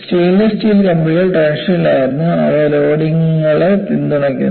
stainless steel കമ്പികൾ ടെൻഷനിലായിരുന്നു അവ ലോഡുകളെ പിന്തുണയ്ക്കുന്നു